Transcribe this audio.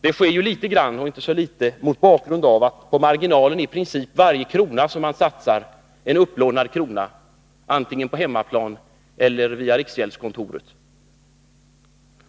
Våra besparingar görs bl.a. mot bakgrund av att i princip varje krona som satsas på marginalen är en upplånad krona via riksgäldskontoret.